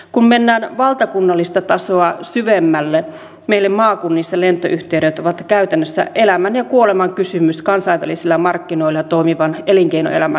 kun mennään valtakunnallista tasoa syvemmälle meille maakunnissa lentoyhteydet ovat käytännössä elämän ja kuoleman kysymys kansainvälisillä markkinoilla toimivan elinkeinoelämän kautta